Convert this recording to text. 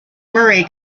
murray